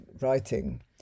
writing